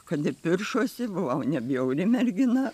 kad ir piršosi buvau nebjauri mergina